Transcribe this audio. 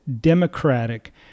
Democratic